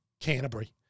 Canterbury